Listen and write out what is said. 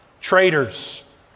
traitors